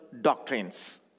doctrines